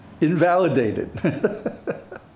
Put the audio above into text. invalidated